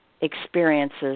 experiences